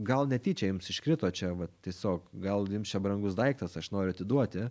gal netyčia jums iškrito čia va tiesiog gal jums čia brangus daiktas aš noriu atiduoti